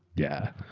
yeah.